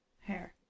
hair